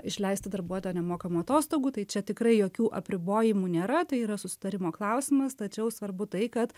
išleisti darbuotoją nemokamų atostogų tai čia tikrai jokių apribojimų nėra tai yra susitarimo klausimas tačiau svarbu tai kad